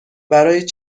برای